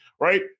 right